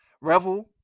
Revel